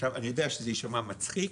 עכשיו אני יודע שזה יישמע מצחיק,